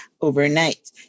overnight